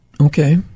Okay